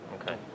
Okay